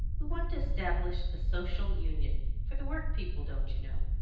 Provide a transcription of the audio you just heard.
we want to establish a social union for the work-people, don't you know,